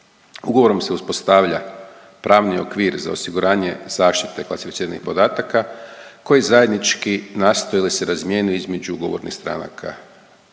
Ugovorom se uspostavlja pravni okvir za osiguranje zaštite klasificiranih podataka koji zajednički nastaju ili se razmjenjuju između ugovornih stranaka.